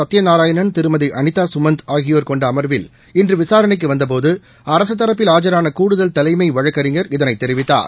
சத்ய நாராயணன் திருமதி அனிதா சுமந்த் ஆகியோர் கொண்ட அம்வில் இன்று விசாரணைக்கு வந்த போது அரசு தரப்பில் ஆஜரான கூடுதல் தலைமை வழக்கறிஞர் இதை தெரிவித்தார்